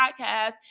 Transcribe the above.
podcast